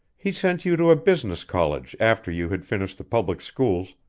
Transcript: he sent you to a business college after you had finished the public schools,